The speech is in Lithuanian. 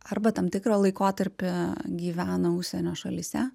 arba tam tikrą laikotarpį gyvena užsienio šalyse